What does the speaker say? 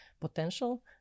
potential